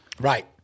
Right